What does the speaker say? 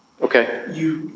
Okay